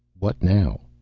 what now?